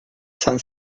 san